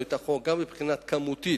את החוק גם מבחינה כמותית,